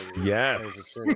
Yes